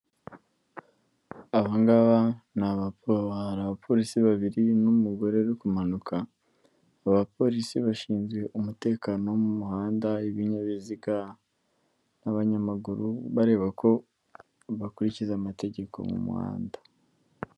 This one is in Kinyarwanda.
Aba ngabo ni hari abapolisi babiri n'umugore uri kumanuka, abapolisi bashinzwe umutekano wo mu muhanda ibinyabiziga n'abanyamaguru, bareba ko bakurikiza amategeko yo mu muhanda.